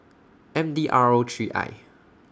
M D R O three I